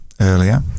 earlier